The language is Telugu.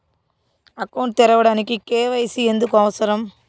అకౌంట్ తెరవడానికి, కే.వై.సి ఎందుకు అవసరం?